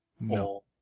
No